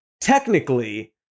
technically